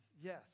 Yes